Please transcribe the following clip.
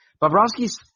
Bobrovsky's